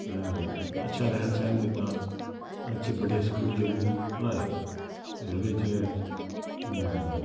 अच्छा रैह्न सैह्न दित्ता अच्छे बड्डे स्कूल जम्मू पढ़ाए ते ओह्दे च